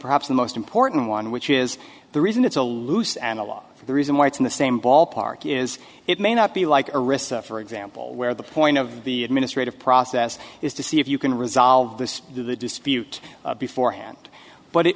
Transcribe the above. perhaps the most important one which is the reason it's a loose analog for the reason why it's in the same ballpark is it may not be like for example where the point of the administrative process is to see if you can resolve this through the dispute before hand but it